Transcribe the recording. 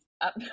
up